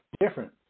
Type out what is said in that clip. different